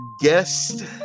guest